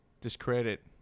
discredit